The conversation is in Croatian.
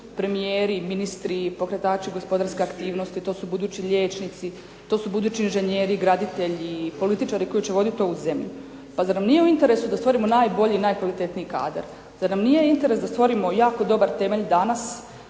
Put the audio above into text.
premijeri, ministri i pokretači gospodarske aktivnosti. To su budući liječnici, to su budući inženjeri, graditelji i političari koji će voditi ovu zemlju. Pa zar nam nije u interesu da stvorimo najbolji i najkvalitetniji kadar? Zar nam nije interes da stvorimo jako dobar temelj danas